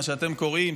מה שאתם קוראים,